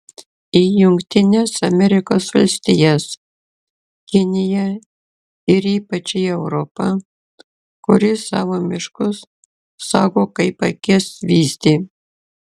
į jungtines amerikos valstijas kiniją ir ypač į europą kuri savo miškus saugo kaip akies vyzdį